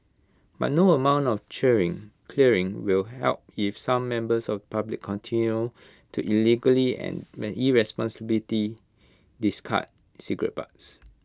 but no amount of cheering clearing will help if some members of public continue to illegally and may irresponsibly discard cigarette butts